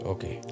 Okay